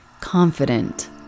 Confident